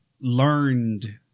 learned